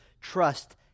trust